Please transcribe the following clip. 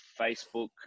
Facebook